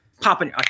popping